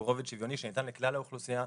שהוא רובד שוויוני שניתן לכלל האוכלוסייה,